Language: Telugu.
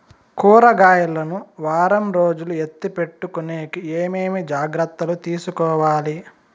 కూరగాయలు ను వారం రోజులు ఎత్తిపెట్టుకునేకి ఏమేమి జాగ్రత్తలు తీసుకొవాలి?